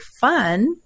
fun –